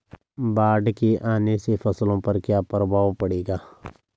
बाढ़ के आने से फसलों पर क्या प्रभाव पड़ेगा?